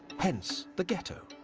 hence the ghetto.